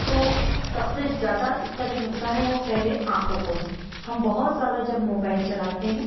तो सबसे ज़्यादा इसका जो नुकसान है वो पहले आँखों को है हम बहुत ज़्यादा जब मोबाईल चलाते हैं